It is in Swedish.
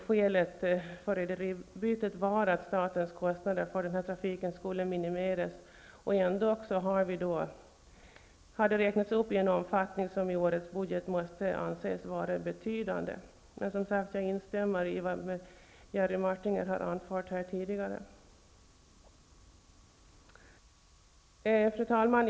Skälet för rederibytet var att statens kostnader för denna trafik skulle minimeras, och ändock har transportstödet räknats upp i en omfattning som i årets budget måste anses vara betydande. Jag instämmer alltså i vad Jerry Martinger har anfört här tidigare. Fru talman!